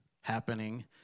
happening